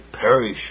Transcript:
perish